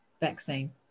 vaccine